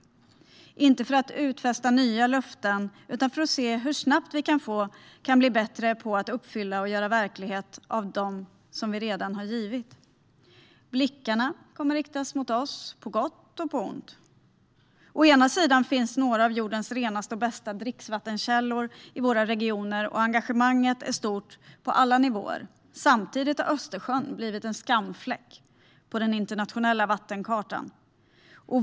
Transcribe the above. Det är inte för att utfästa nya löften utan för att se hur snabbt vi kan bli bättre på att uppfylla och förverkliga de löften som vi redan har avgivit. Blickarna kommer att riktas mot oss på gott och på ont. Å ena sidan finns några av jordens renaste och bästa dricksvattenkällor i våra regioner, och engagemanget är stort på alla nivåer. Samtidigt har Östersjön blivit en skamfläck på den internationella vattenkartan.